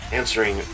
answering